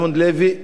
זה לגיטימי,